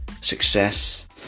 success